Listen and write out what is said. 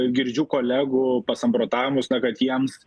girdžiu kolegų pasamprotavimus na kad jiems